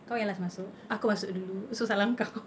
kau yang last masuk aku masuk dulu so salah engkau